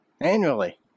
Annually